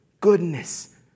goodness